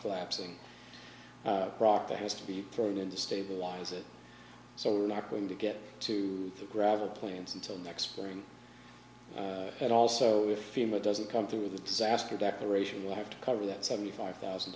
collapsing rock that has to be thrown in to stabilize it so we're not going to get to the gravel plains until next spring and also if ema doesn't come through the disaster declaration will have to cover that seventy five thousand